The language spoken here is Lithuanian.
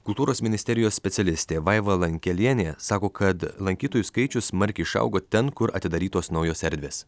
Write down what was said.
kultūros ministerijos specialistė vaiva lankelienė sako kad lankytojų skaičius smarkiai išaugo ten kur atidarytos naujos erdvės